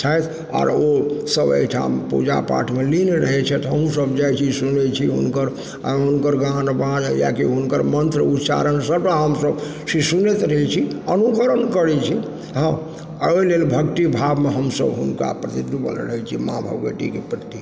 आओर ओ सब एहिठाम ओ पूजा पाठमे लीन रहैत छथि हमहुँ सब जाइत छी सुनै छी हुनकर गान बाज आकि हुनकर मन्त्र उच्चारण सबटा हमसब सुनैत रहै छी अनुकरण करै छी आओर ओहि लेल भक्तिभावमे हमसब हुनका प्रति डुबल रहै छी माँ भगवतीके प्रति